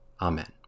Amen